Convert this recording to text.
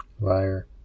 Liar